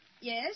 Yes